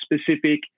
specific